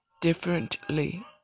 differently